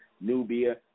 Nubia